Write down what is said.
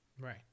right